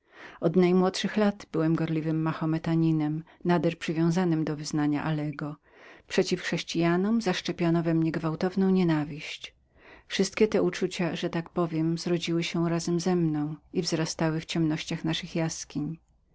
od najmłodszych lat byłem gorliwym mahometaninem i nader przywiązanym do wyznania alego przeciw chrześcijanom zaszczepiono we mnie gwałtowną nienawiść wszystkie te uczucia że tak powiem zrodziły się razem ze mną i wzrastały w ciemnościach naszych jaskiń